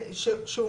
אתם רוצים